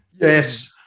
Yes